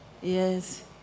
Yes